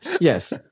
Yes